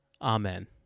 Amen